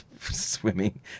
swimming